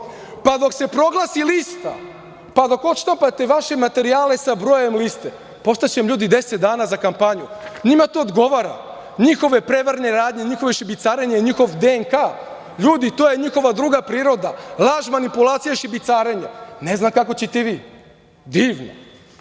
pa dok se proglasi lista, pa dok odštampate vaše materijale sa brojem liste, pa ostaće vam ljudi 10 dana za kampanju. Njima to odgovara. Njihove prevarene radnje, njihovo šibicarenje, njihov DNK, ljudi to je njihova druga priroda. Laž, manipulacija, šibicarenje. Ne znam kako ćete i vi? Divno.